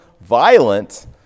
Violent